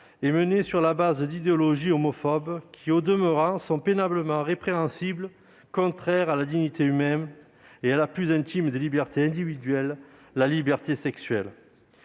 sont menées sur la base d'idéologies homophobes, pénalement répréhensibles, contraires à la dignité humaine et à la plus intime des libertés individuelles, la liberté sexuelle.